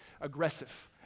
aggressive